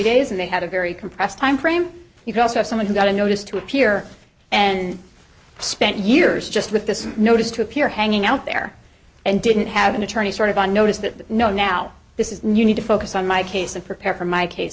days and they had a very compressed timeframe you could also have someone who got a notice to appear and spent years just with this notice to appear hanging out there and didn't have an attorney sort of on notice that no now this is new you need to focus on my case and prepare for my case